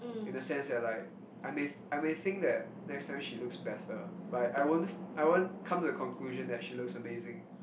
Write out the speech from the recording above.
in the sense that like I may I may think that next time she looks better but I won't I won't come to a conclusion that she looks amazing